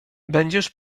będziesz